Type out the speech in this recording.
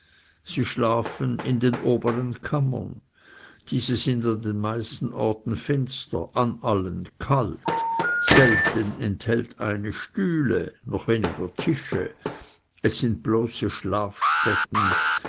sie schlafen in den obern kammern diese sind an den meisten orten finster an allen kalt selten eine enthält stühle noch weniger tische es sind bloße schlafstätten